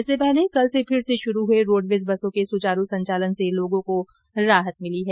इससे पहले कल से फिर से शुरू हुए रोड़वेज बसों के सुचारू संचालन से लोगों को राहत मिली है